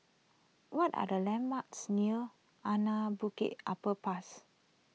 what are the landmarks near Anak Bukit Upper pass